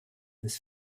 bis